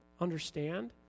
understand